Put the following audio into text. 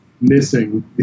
Missing